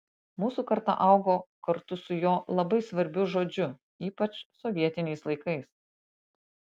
mūsų karta augo kartu su jo labai svarbiu žodžiu ypač sovietiniais laikais